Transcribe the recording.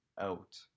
out